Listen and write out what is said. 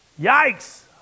Yikes